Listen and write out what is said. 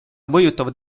mõjutavad